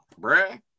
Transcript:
bruh